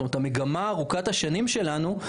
זאת אומרת המגמה ארוכת השנים שלנו,